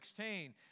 16